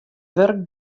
wurk